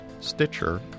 Stitcher